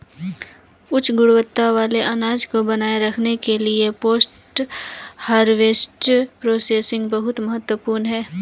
उच्च गुणवत्ता वाले अनाज को बनाए रखने के लिए पोस्ट हार्वेस्ट प्रोसेसिंग बहुत महत्वपूर्ण है